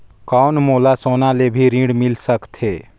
कौन मोला सोना ले भी ऋण मिल सकथे?